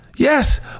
Yes